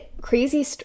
crazy